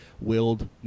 willed